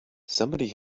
somebody